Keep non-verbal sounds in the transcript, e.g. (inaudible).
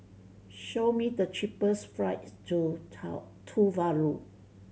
show me the cheapest flights to (unintelligible) Tuvalu